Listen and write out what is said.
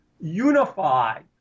unify